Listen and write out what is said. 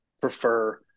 prefer